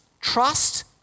Trust